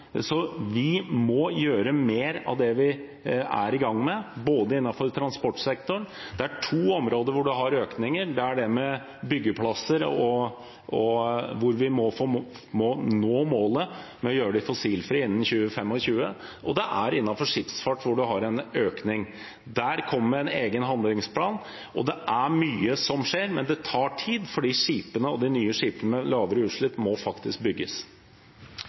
vi må gjøre mer av det vi er i gang med, både innenfor transportsektoren og ellers. Det er to områder hvor vi har økninger: Det er dette med byggeplasser, hvor vi må nå målet med å gjøre dem fossilfrie innen 2020–2025, og det er innenfor skipsfart, hvor vi har en økning. Der kommer det en egen handlingsplan. Det er mye som skjer, men det tar tid, for de nye skipene med lavere utslipp må faktisk bygges.